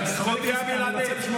זכותי הבלעדית.